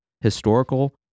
historical